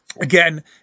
again